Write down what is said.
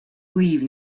leave